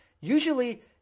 Usually